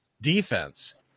defense